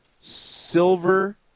Silver